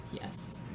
yes